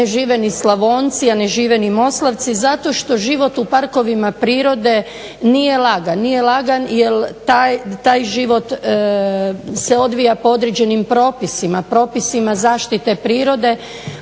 ne žive ni Slavonci, a ne žive ni Moslavci zato što život u parkovima prirode nije lagan. Nije lagan jer taj život se odvija po određenim propisima, propisima zaštite prirode